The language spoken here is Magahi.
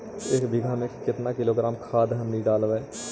एक बीघा मे के किलोग्राम खाद हमनि डालबाय?